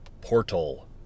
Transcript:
Portal